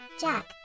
Jack